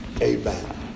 Amen